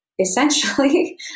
essentially